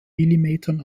millimetern